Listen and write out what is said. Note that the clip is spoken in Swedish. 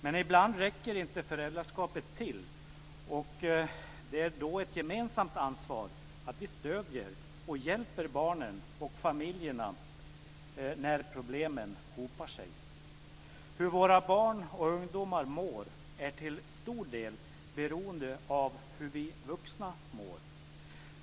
Men ibland räcker inte föräldraskapet till, och det är då ett gemensamt ansvar att vi stöder och hjälper barnen och familjerna när problemen hopar sig. Hur våra barn och ungdomar mår är till stod del beroende av hur vi vuxna mår.